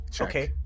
Okay